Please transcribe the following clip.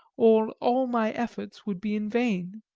or all my efforts would be in vain.